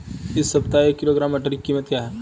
इस सप्ताह एक किलोग्राम मटर की कीमत क्या है?